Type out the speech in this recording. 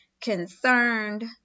concerned